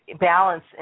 balance